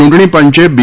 ચૂંટણી પંચે બી